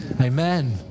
Amen